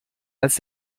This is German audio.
als